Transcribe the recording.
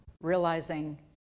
realizing